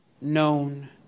known